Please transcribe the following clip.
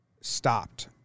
stopped